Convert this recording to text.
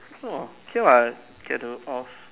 orh okay what get to off